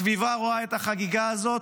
הסביבה רואה את החגיגה הזאת,